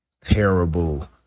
terrible